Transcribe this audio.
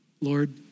Lord